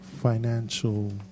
financial